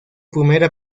primera